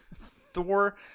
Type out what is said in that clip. Thor